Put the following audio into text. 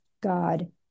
God